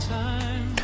time